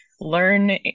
learn